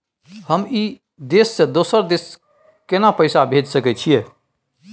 हम ई देश से दोसर देश केना पैसा भेज सके छिए?